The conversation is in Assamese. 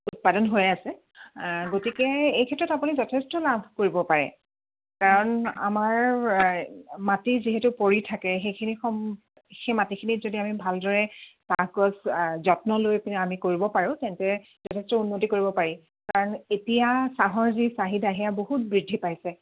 উৎপাদন হৈ আছে গতিকে এই ক্ষেত্ৰত আপুনি যথেষ্ট লাভ কৰিব পাৰে কাৰণ আমাৰ মাটি যিহেতু পৰি থাকে সেইখিনি সম সেই মাটিখিনিত যদি আমি ভালদৰে চাহগছ যত্ন লৈ পেনে আমি কৰিব পাৰোঁ তেন্তে যথেষ্ট উন্নতি কৰিব পাৰি কাৰণ এতিয়া চাহৰ যি চাহিদা সেয়া বহুত বৃদ্ধি পাইছে